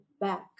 back